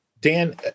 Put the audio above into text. Dan